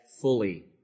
fully